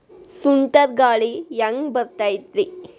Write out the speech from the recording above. ಸುಂಟರ್ ಗಾಳಿ ಹ್ಯಾಂಗ್ ಬರ್ತೈತ್ರಿ?